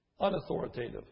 unauthoritative